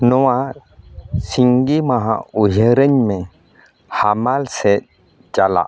ᱱᱚᱣᱟ ᱥᱤᱸᱜᱤ ᱢᱟᱦᱟ ᱩᱭᱦᱟᱹᱨᱟᱹᱧ ᱢᱮ ᱦᱟᱢᱟᱞ ᱥᱮᱫ ᱪᱟᱞᱟᱜ